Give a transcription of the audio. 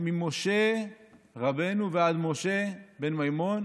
שממשה רבנו ועד משה בן מימון